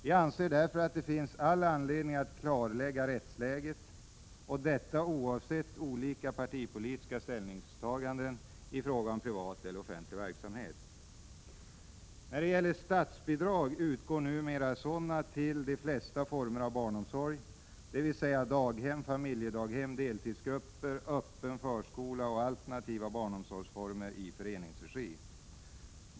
Jag anser därför att det finns all anledning att klarlägga rättsläget och det oavsett olika partipolitiska ställningstaganden i fråga om privat eller offentlig verksamhet. barnomsorgsformer i föreningsregi.